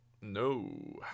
No